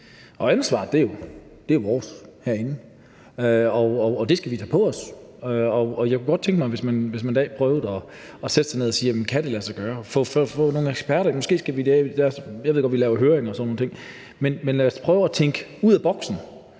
Ansvaret er vores, og det skal vi tage på os. Jeg kunne godt tænke mig, at man en dag prøvede at sætte sig ned og spørge, om det kan lade sig gøre sammen med nogle eksperter. Jeg ved godt, at vi laver høringer og sådan nogle ting, men lad os prøve at tænke ud af boksen